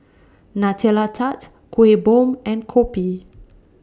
Nutella Tart Kueh Bom and Kopi